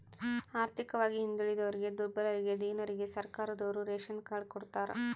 ಆರ್ಥಿಕವಾಗಿ ಹಿಂದುಳಿದೋರಿಗೆ ದುರ್ಬಲರಿಗೆ ದೀನರಿಗೆ ಸರ್ಕಾರದೋರು ರೇಶನ್ ಕಾರ್ಡ್ ಕೊಡ್ತಾರ